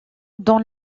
dans